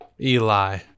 Eli